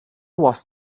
was